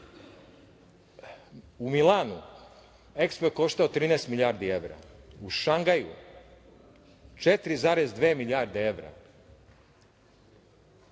U Milanu EKSPO je koštao 13 milijardi evra, u Šangaju 4,2 milijarde evra,